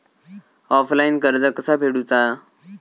Offline कर्ज कसा फेडूचा?